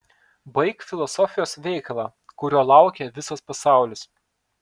baik filosofijos veikalą kurio laukia visas pasaulis